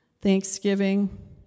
thanksgiving